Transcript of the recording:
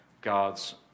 God's